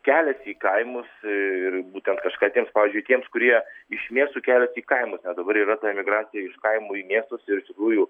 keliasi į kaimus ir būtent kažką tiems pavyzdžiui tiems kurie iš miestų keliasi į kaimus dabar yra ta emigracija iš kaimų į miestus ir iš tikrųjų